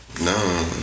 No